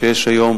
שיש היום